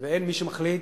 ואין מי שמחליט.